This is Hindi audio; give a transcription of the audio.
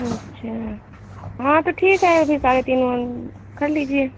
अच्छा हाँ तो ठीक है साढ़े तीन ऊन कर लीजिए